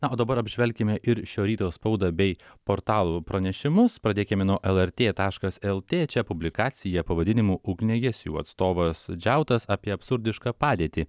na o dabar apžvelkime ir šio ryto spaudą bei portalų pranešimus pradėkime nuo lrt taškas lt čia publikacija pavadinimu ugniagesių atstovas džiautas apie absurdišką padėtį